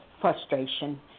frustration